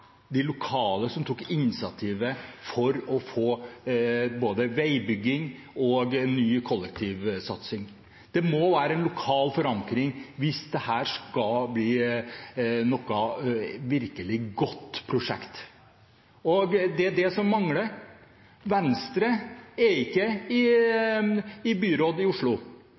de lokale, som tok initiativet til å få både veibygging og ny kollektivsatsing. Det må være en lokal forankring hvis dette skal bli et virkelig godt prosjekt, og det er det som mangler. Venstre er ikke i byrådet i Oslo,